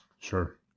Sure